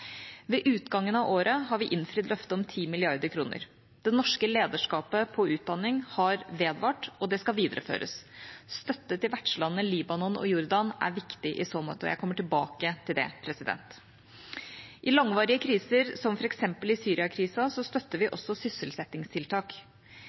Ved utgangen av året har vi innfridd løftet om 10 mrd. kr. Det norske lederskapet på utdanning har vedvart, og det skal videreføres. Støtte til vertslandene Libanon og Jordan er viktig i så måte, og jeg kommer tilbake til det. I langvarige kriser, som f.eks. Syria-krisen, støtter vi